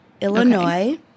Illinois